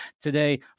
Today